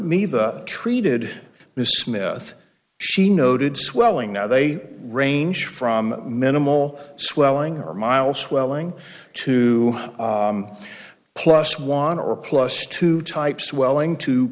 me the treated miss smith she noted swelling now they range from minimal swelling or mile swelling to plus one or plus two types welling to